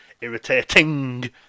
irritating